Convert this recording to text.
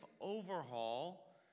overhaul